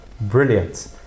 brilliant